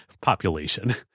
population